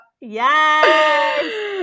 Yes